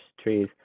trees